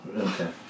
Okay